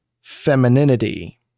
femininity